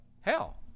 Hell